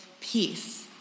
peace